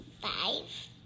Five